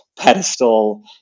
pedestal